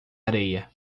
areia